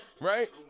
right